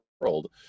world